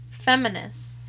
Feminist